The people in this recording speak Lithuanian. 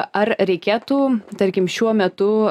ar reikėtų tarkim šiuo metu